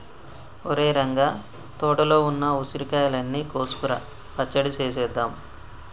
ఒరేయ్ రంగ తోటలో ఉన్న ఉసిరికాయలు అన్ని కోసుకురా పచ్చడి సేసేద్దాం